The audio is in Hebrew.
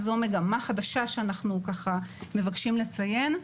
זו מגמה חדשה שאנחנו מבקשים לציין.